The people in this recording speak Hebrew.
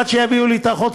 או עד שיביאו לי את האחות,